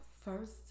first